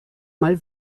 mal